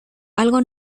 algo